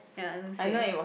ya lucid